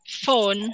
phone